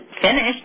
finished